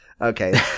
okay